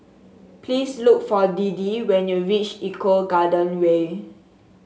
please look for Deedee when you reach Eco Garden Way